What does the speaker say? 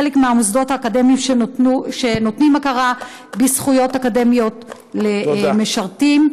חלק מהמוסדות האקדמיים נותנים הכרה בזכויות אקדמיות למשרתים.